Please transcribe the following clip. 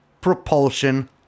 Propulsion